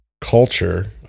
culture